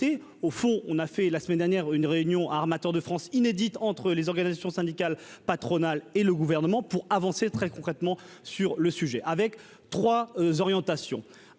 au fond, on a fait la semaine dernière une réunion Armateurs de France inédite entre les organisations syndicales, patronales et le gouvernement pour avancer très concrètement sur le sujet avec 3 orientations